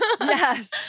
Yes